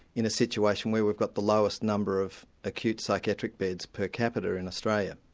in a situation where we've got the lowest number of acute psychiatric beds per capita in australia.